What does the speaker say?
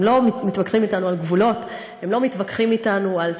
הם לא מתווכחים אתנו על גבולות,